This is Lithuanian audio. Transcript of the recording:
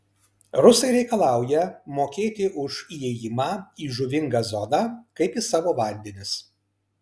rusai reikalauja mokėti už įėjimą į žuvingą zoną kaip į savo vandenis